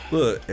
Look